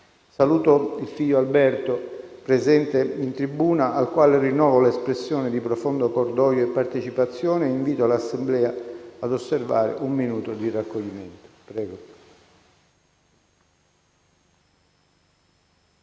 Saluto il figlio Alberto, presente in tribuna, al quale rinnovo l'espressione di profondo cordoglio e partecipazione, e invito l'Assemblea a osservare un minuto di raccoglimento.